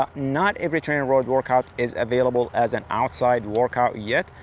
ah not every trainerroad workout is available as an outside workout yet,